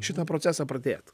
šitą procesą pradėt